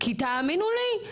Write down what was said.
כי תאמינו לי,